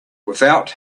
without